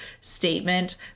statement